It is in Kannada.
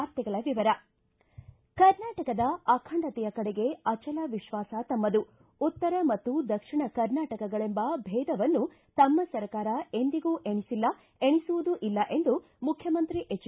ವಾರ್ತೆಗಳ ವಿವರ ಕರ್ನಾಟಕದ ಅಖಂಡತೆಯ ಕಡೆಗೆ ಅಚಲ ವಿಶ್ವಾಸ ತಮ್ನದು ಉತ್ತರ ಮತ್ತು ದಕ್ಷಿಣ ಕರ್ನಾಟಕಗಳೆಂಬ ಭೇದವನ್ನು ತಮ್ನ ಸರ್ಕಾರ ಎಂದಿಗೂ ಎಣಿಸಿಲ್ಲ ಎಣಿಸುವುದೂ ಇಲ್ಲಿ ಎಂದು ಮುಖ್ಯಮಂತ್ರಿ ಎಜ್